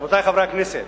רבותי חברי הכנסת,